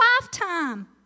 lifetime